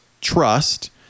trust